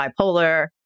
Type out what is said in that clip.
bipolar